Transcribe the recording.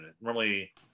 Normally